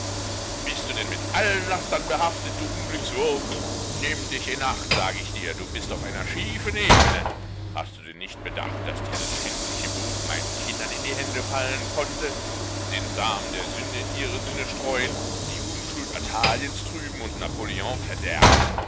bist du denn mit allen lastern behaftet du unglückswurm nimm dich in acht sag ich dir du bist auf einer schiefen ebene hast du denn nicht bedacht daß dieses schändliche buch meinen kindern in die hände fallen konnte den samen der sünde in ihre sinne streuen die unschuld athaliens trüben und napoleon verderben